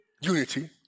unity